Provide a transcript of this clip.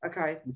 okay